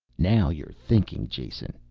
now you're thinking, jason,